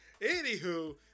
Anywho